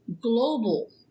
global